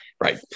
Right